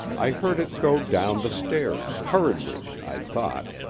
i heard it go down the stairs, hurriedly, i thought,